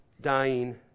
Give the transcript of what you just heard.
dying